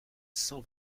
cent